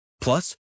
Plus